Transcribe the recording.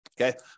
okay